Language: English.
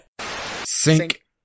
Sink